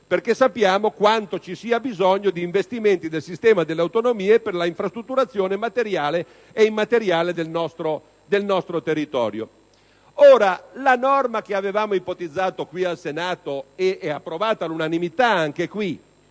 perché sappiamo quanto ci sia bisogno di investimenti nel sistema delle autonomie per la infrastrutturazione materiale e immateriale del nostro territorio. La norma che avevamo ipotizzato al Senato e approvato all'unanimità con il